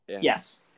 Yes